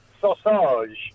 Sausage